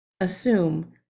Assume